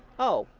oh,